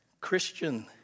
Christian